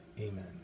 amen